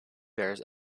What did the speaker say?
bears